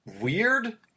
weird